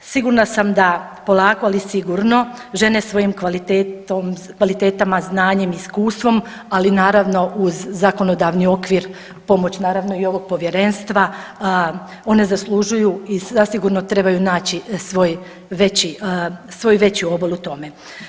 Sigurna sam da polako, ali sigurno žene svojim kvalitetama, znanjem i iskustvom ali naravno uz zakonodavni okvir, pomoć naravno i ovog povjerenstva, one zaslužuju i zasigurno trebaju naći svoj veći, svoj veći obol u tome.